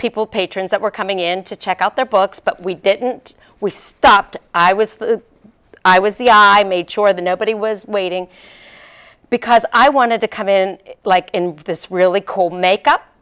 people patrons that were coming in to check out their books but we didn't we stopped i was i was the i made sure that nobody was waiting because i wanted to come in like this really cool makeup